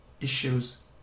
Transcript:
issues